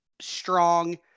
strong